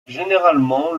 généralement